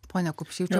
ponia kupšyte